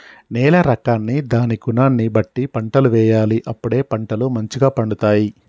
నేల రకాన్ని దాని గుణాన్ని బట్టి పంటలు వేయాలి అప్పుడే పంటలు మంచిగ పండుతాయి